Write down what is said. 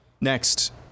Next